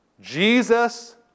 Jesus